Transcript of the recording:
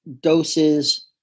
doses